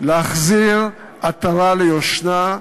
להחזיר עטרה ליושנה,